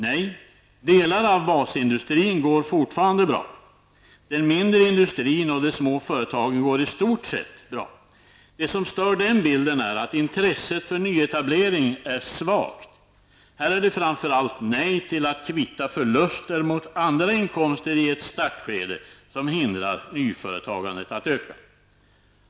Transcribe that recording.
Nej, delar av basindustrin går fortfarande bra. Den mindre industrin och de små företagen går i stort sett bra. Det som stör den bilden är att intresset för nyetablering är svagt. Här är det framför allt nej till att kvitta förluster mot andra inkomster i ett startskede som hindrar nyföretagandet att öka.